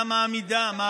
הוא אומר: אני מתקן את זה.